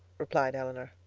replied elinor,